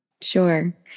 sure